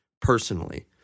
personally